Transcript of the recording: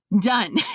Done